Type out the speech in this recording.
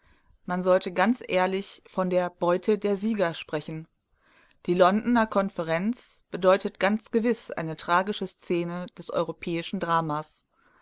man sollte ganz ehrlich von der beute der sieger sprechen die londoner konferenz bedeutet ganz gewiß eine tragische szene des europäischen dramas